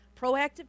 proactive